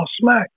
smack